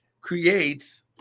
creates